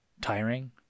tiring